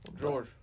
George